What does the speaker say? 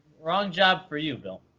wrong job for you, bill.